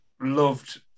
loved